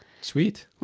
Sweet